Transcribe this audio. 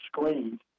screens